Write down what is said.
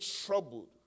troubled